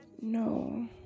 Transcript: no